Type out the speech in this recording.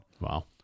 Wow